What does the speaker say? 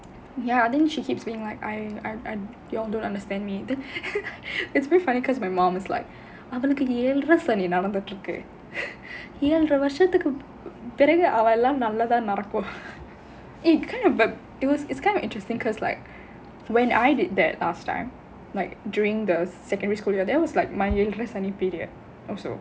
ya then she keeps being like I I'm I'm you all don't understand me then it's very funny because my mom is like அவளுக்கு ஏழரை சனி நடந்துட்டு இருக்கு ஏழரை வருஷத்துக்கு பிறகு அவலாம் நல்லா தான் நடக்கும்:avalukku ezharai sani nadanthuttu irukku ezharai varushathukku piragu avalaam nallaa thaan nadakum it kind of but it was it's kind of interesting because like when I did that last time like during the secondary school year that was like my ஏழரை சனி:ezharai sani period also